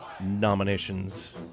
Nominations